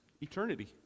eternity